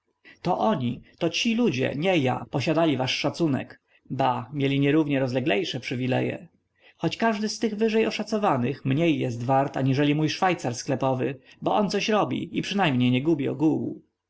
to oni to ci ludzie nie ja posiadali wasz szacunek ba mieli nierównie rozleglejsze przywileje choć każdy z tych wyżej oszacowanych mniej jest wart aniżeli mój szwajcar sklepowy bo on coś robi i przynajmniej nie